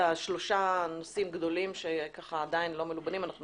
השלושה הנושאים הגדולים שעדיין לא מלובנים אנחנו